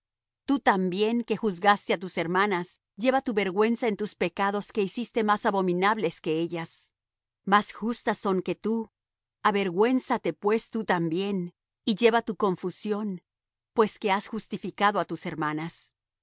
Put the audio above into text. tú también que juzgaste á tus hermanas lleva tu vergüenza en tus pecados que hiciste más abominables que ellas más justas son que tú avergüénzate pues tú también y lleva tu confusión pues que has justificado á tus hermanas